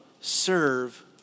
serve